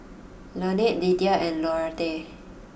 Lanette Lethia and Lauretta